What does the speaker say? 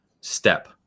step